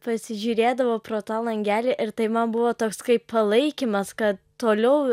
pasižiūrėdavau pro tą langelį ir tai man buvo toks kaip palaikymas ka toliau